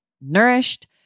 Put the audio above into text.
nourished